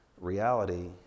reality